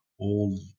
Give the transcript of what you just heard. old